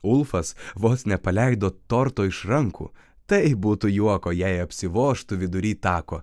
ulfas vos nepaleido torto iš rankų tai būtų juoko jei apsivožtų vidury tako